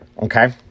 Okay